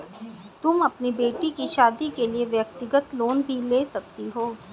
तुम अपनी बेटी की शादी के लिए व्यक्तिगत लोन भी ले सकती हो